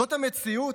זו המציאות?